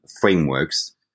frameworks